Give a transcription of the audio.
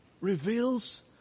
reveals